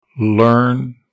Learn